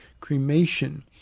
cremation